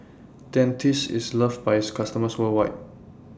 Dentiste IS loved By its customers worldwide